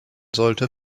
sollte